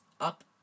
up